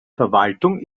verwaltung